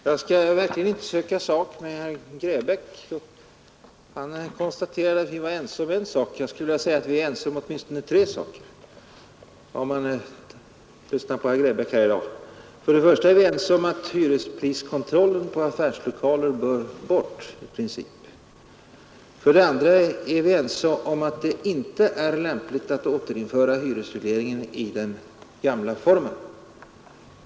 Herr talman! Jag skall verkligen inte söka sak med herr Grebäck. Han konstaterade att vi var överens på en punkt. Jag skulle vilja säga att vi är överens på åtminstone tre punkter — det framgår om man lyssnar på herr Grebäck här i dag. För det första är vi ense om att hyrespriskontrollen på affärslokaler i princip bör bort. För det andra är vi ense om att det inte är lämpligt att återinföra hyresregleringen i den gamla formen.